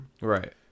Right